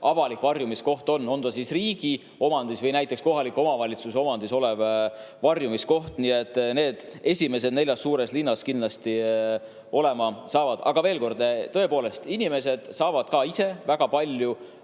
avalik varjumiskoht on ja on ta riigi omandis või näiteks kohaliku omavalitsuse omandis olev varjumiskoht. Nii et need esimesed neljas suures linnas kindlasti olema saavad. Aga veel kord: tõepoolest, inimesed saavad ka ise väga palju